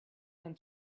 and